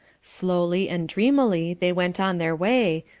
slowly and dreamily they went on their way,